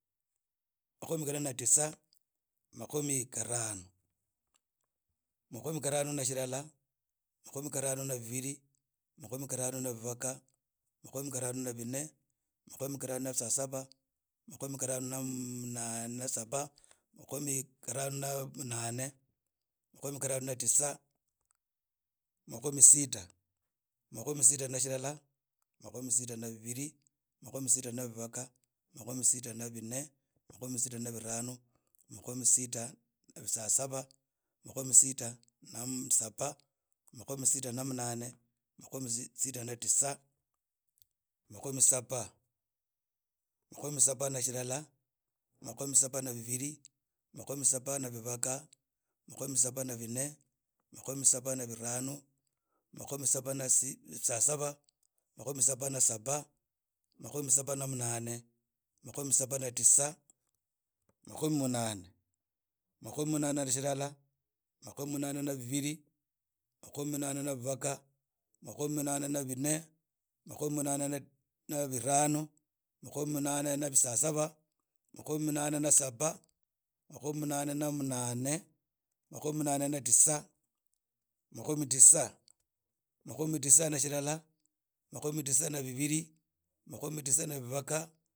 Makhomi khane na tisa makhomi kharaano. Makhomi kharano nab ilala makhomi kharano na bibili makhomi kharano na bibaga mamkhomi kharano na sita mamhomi kharano na bisasaba makhomi kharano na munane mamkom kharano na titsa makhomi sita. Makhomi sita na bilala makhomi sita na bibili, mamkhomi sita na bibaga makhomi sita na bine makhomi sita na bitano mamkomi sita na bisasaba makhomi sita na mm saba makhomi saba. Mamkhomi sab ana shillala makhomi sab ana bibiri mamkhomi saba na bibaga makhomi saba na mnane makhomi saba na titsa makhomi munane. Makhomi munane na silala makhomi munane na bibiri makhomi munane na bibaga makhomi munane na bine makhomi munane na na birhano makhomi munane na bisasaba mamkhomi munane na saba makhomi munane na saba makhomi munane na munane makhomi munane na titsa makhomi tisa. Mamkhomi tisa na silala makhomi tis ana bibili makhomi tisana bibaga.